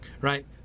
right